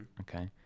okay